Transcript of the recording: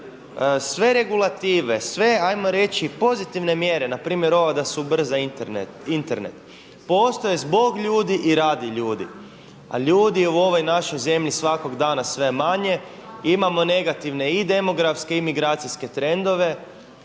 sve regulative, sve ajmo reći pozitivne mjere npr. ova da su se ubrza Internet postoje zbog ljudi i radi ljudi. Ali ljudi je u ovoj našoj zemlji svakog dana sve manje i imamo negativne i demografske i migracijske trendove